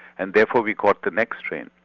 and therefore we caught the next train.